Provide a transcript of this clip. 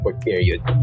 period